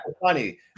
funny